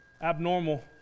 abnormal